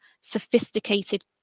sophisticated